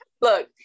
Look